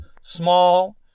small